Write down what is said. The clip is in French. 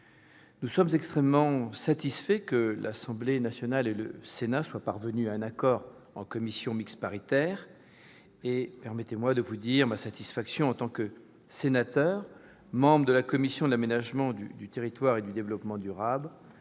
Nous sommes extrêmement satisfaits que l'Assemblée nationale et le Sénat soient parvenus à un accord en commission mixte paritaire. Permettez-moi de vous dire ma satisfaction, en tant que membre de la commission de l'aménagement du territoire et du développement durable,